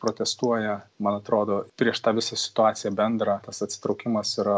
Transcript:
protestuoja man atrodo prieš tą visą situaciją bendrą tas atsitraukimas yra